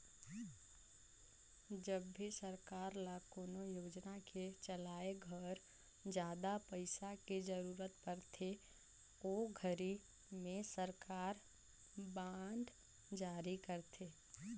जब भी सरकार ल कोनो योजना के चलाए घर जादा पइसा के जरूरत परथे ओ घरी में सरकार बांड जारी करथे